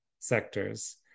sectors